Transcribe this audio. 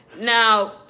Now